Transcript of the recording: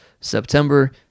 September